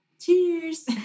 Cheers